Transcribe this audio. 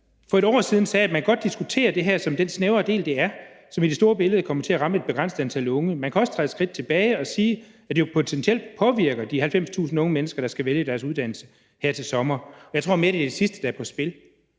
for et år siden, at man godt kunne diskutere det her som den snævre del, det er, og som i det store billede kommer til at ramme et begrænset antal unge. Man kan også træde et skridt tilbage og sige, at det jo potentielt påvirker de 90.000 unge mennesker, der skal vælge deres uddannelse her til sommer. Jeg tror mere, det er det sidste, der er på spil.